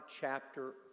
chapter